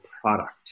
product